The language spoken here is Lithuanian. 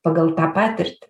pagal tą patirtį